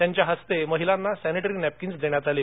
त्यांच्या हस्ते महिलांना सर्विटरी नप्रक्रिन्स देण्यात आले